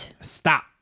stop